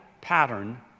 pattern